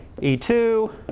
E2